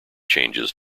changes